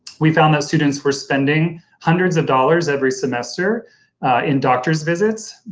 we found that students were spending hundreds of dollars every semester in doctor's visits,